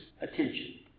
attention